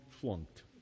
flunked